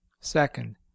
second